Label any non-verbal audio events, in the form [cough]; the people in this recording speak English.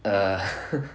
err [laughs]